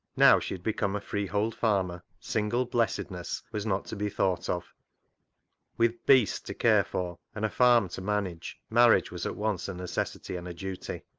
now she had become a freehold farmer single blessedness was not to be thought of with beeasts to care for and a farm to manage, marriage was at once a necessity and a duty.